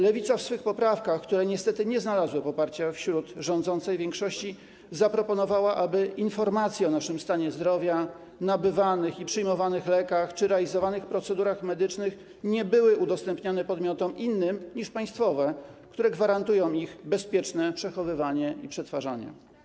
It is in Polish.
Lewica w swych poprawkach, które niestety nie znalazły poparcia wśród rządzącej większości, zaproponowała, aby informacje o naszym stanie zdrowia, nabywanych i przyjmowanych lekach czy realizowanych procedurach medycznych nie były udostępniane podmiotom innym niż państwowe, które gwarantują ich bezpieczne przechowywanie i przetwarzanie.